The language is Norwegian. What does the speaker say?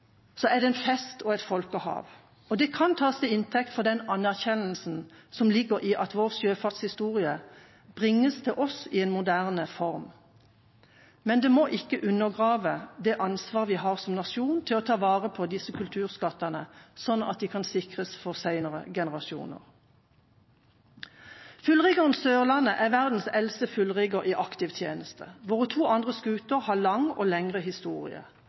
er det en fest og et folkehav. Det kan tas til inntekt for den anerkjennelsen som ligger i at vår sjøfartshistorie bringes til oss i en moderne form, men det må ikke undergrave det ansvar vi har som nasjon for å ta vare på disse kulturskattene, slik at de kan sikres for senere generasjoner. Fullriggeren «Sørlandet» er verdens eldste fullrigger i aktiv tjeneste. Våre to andre skuter har en lang og lengre